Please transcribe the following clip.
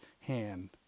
hand